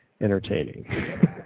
entertaining